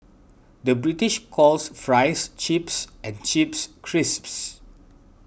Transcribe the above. the British calls Fries Chips and Chips Crisps